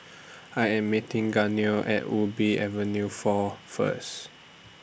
I Am meeting Gaynell At Ubi Avenue four First